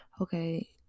Okay